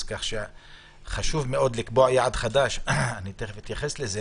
כך שחשוב מאוד לקבוע יעד חדש ותכף אתייחס לזה